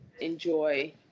enjoy